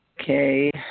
Okay